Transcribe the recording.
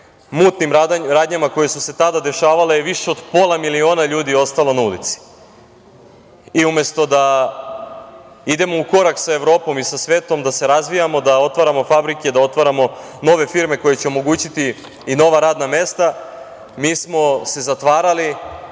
mutnim radnjama koje su se tada dešavale više od pola miliona ljudi je ostalo na ulici. Umesto da idemo u korak sa Evropom i sa svetom, da se razvijamo, da otvaramo fabrike, da otvaramo nove firme koje će omogućiti i nova radna mesta, mi smo se zatvarali,